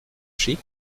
chic